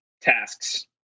tasks